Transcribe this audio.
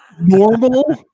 normal